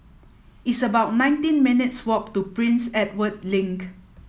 it's about nineteen minutes' walk to Prince Edward Link